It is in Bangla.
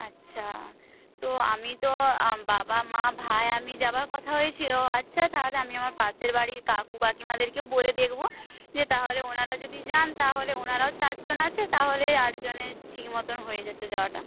আচ্ছা তো আমি তো বাবা মা ভাই আমি যাবার কথা হয়েছিল আচ্ছা তাহলে আমি আমার পাশের বাড়ির কাকু কাকিমাদেরকেও বলে দেখব যে তাহলে ওনারা যদি যান তাহলে ওনারাও চারজন আছে তাহলে আটজনের ঠিক মতন হয়ে যেত যাওয়াটা